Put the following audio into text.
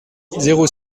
zéro